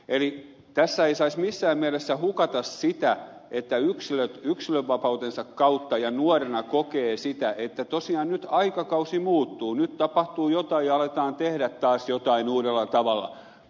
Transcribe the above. eli tässä ei saisi missään mielessä hukata sitä että yksilö yksilönvapautensa kautta nuorena kokee että tosiaan nyt aikakausi muuttuu nyt tapahtuu jotain ja aletaan tehdä taas jotain uudella tavalla